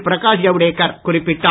பிரகாஷ் ஜவடேகர் குறிப்பிட்டார்